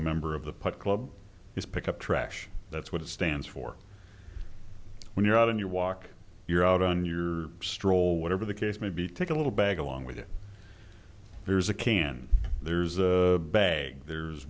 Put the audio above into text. a member of the putt club is pick up trash that's what it stands for when you're out in your walk you're out on your stroll whatever the case may be take a little bag along with it there's a can there's a bag there's